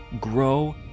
grow